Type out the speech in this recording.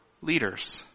leaders